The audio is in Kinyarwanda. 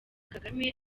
kagame